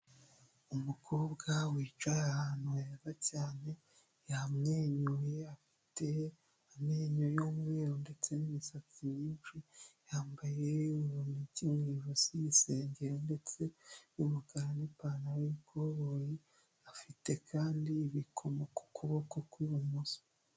Umukobwa wicaye ahantu heza cyane; yamwenyuye, afite amenyo y'umweru ndetse n'imisatsi myinshi. Yambaye ibinigi mu ijosi ndetse n'isengeri y'umukara ndetse n'ipantaro y'ikoboyi afite kandi ibikomo ku kuboko kw'ibumoso.